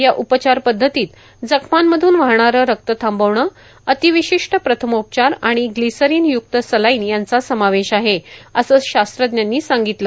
या उपचारपद्धतीत जखमांमधून वाहणारं रक्त थांबविणं अतिविशिष्ट प्रथमोपचार आणि ग्लीसरीनयुक्त सलाईन याचा समावेश आहे असं शास्त्रज्ञांनी सांगितलं